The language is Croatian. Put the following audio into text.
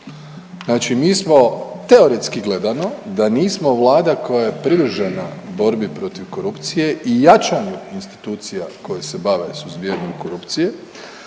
znači mi smo teoretski gledano da nismo vlada koja je privržena borbi protiv korupcije i jačanju institucija koje se bave suzbijanjem korupcije